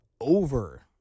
over